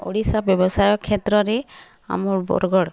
ଓଡ଼ିଶା ବ୍ୟବସାୟ କ୍ଷେତ୍ରରେ ଆମ ବରଗଡ଼୍